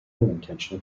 intention